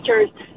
teachers